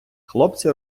хлопці